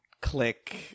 Click